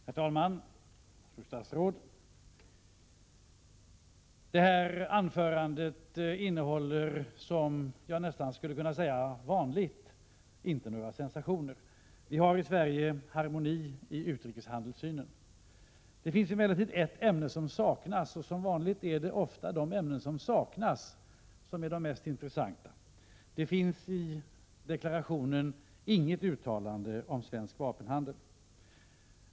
Herr talman! Statsrådets anförande innehåller, jag kan nästan säga som vanligt, inte några sensationer. Vi har i Sverige harmoni i utrikeshandelssynen. Det finns emellertid ett ämne som saknas, och det är ofta de ämnen som saknas som är de mest intressanta. Det finns i deklarationen inget uttalande om svensk vapenhandel.